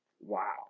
Wow